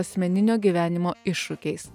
asmeninio gyvenimo iššūkiais